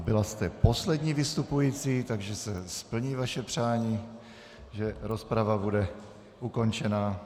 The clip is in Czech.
Byla jste poslední vystupující, takže se splní vaše přání, že rozprava bude ukončena.